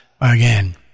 again